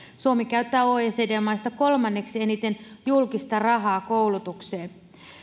suomi käyttää oecd maista kolmanneksi eniten julkista rahaa koulutukseen